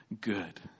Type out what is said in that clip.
good